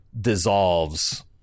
dissolves